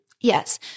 Yes